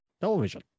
television